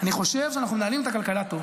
אני חושב שאנחנו מנהלים את הכלכלה טוב.